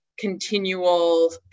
continual